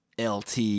LT